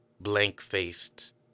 blank-faced